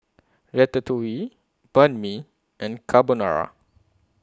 Ratatouille Banh MI and Carbonara